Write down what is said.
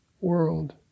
world